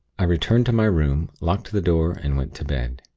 i returned to my room, locked the door, and went to bed.